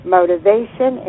Motivation